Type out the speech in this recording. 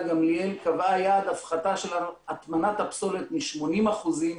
גמליאל קבעה יעד הפחתה של הטמנת הפסולת מ-80 אחוזים